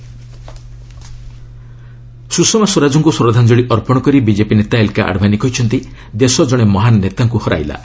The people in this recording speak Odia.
ଆଡଭାନି ସୁଷମା ସୁଷମା ସ୍ୱରାଜଙ୍କୁ ଶ୍ରଦ୍ଧାଞ୍ଜଳି ଅର୍ପଣ କରି ବିଜେପି ନେତା ଏଲ୍କେ ଆଡଭାନୀ କହିଛନ୍ତି ଦେଶ ଜଣେ ମହାନ ନେତାଙ୍କୁ ହରାଇଲା